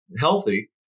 healthy